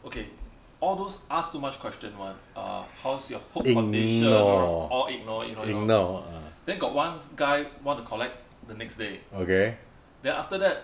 okay all those ask too much question [one] ah how's your hook condition all ignore ignore ignore then got one guy want to collect the next day then after that